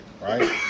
right